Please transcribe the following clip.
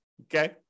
okay